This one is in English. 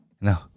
No